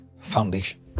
foundation